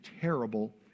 terrible